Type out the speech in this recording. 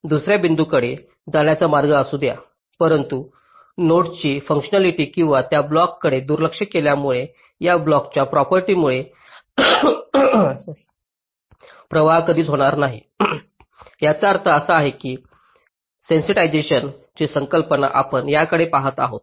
दुसर्या बिंदूकडे जाण्याचा मार्ग असू द्या परंतु नोड्सची फुंकशनॅलिटी किंवा त्या ब्लॉक्सकडे दुर्लक्ष केल्यामुळे या ब्लॉक्सच्या प्रॉपर्टीमुळे सिग्नलचा प्रवाह कधीच होणार नाही याचा अर्थ असा आहे की सेंसिटिझशन ची संकल्पना आपण त्याकडे पहात आहोत